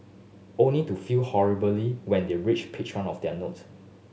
only to fail horribly when they reach page one of their note